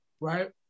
right